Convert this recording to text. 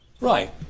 Right